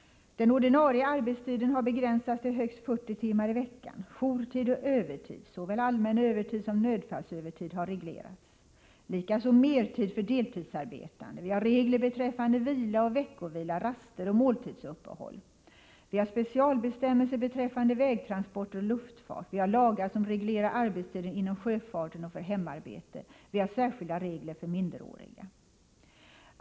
Den ordinarie arbetstiden har begränsats till högst 40 timmar i veckan. Jourtid och övertid — såväl allmän övertid som nödfallsövertid — har reglerats, likaså mertid för deltidsarbetande. Vi har regler beträffande vila och veckovila, raster och måltidsuppehåll. Vi har specialbestämmelser beträffande vägtransporter och luftfart. Vi har lagar som reglerar arbetstiden inom sjöfarten och för hemarbete. Vi har särskilda regler för minderåriga.